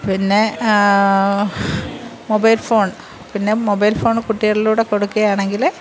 പിന്നെ mobile phone പിന്നെ mobile phone കുട്ടികളിലൂടെ കൊടുക്കയാണെങ്കിൽ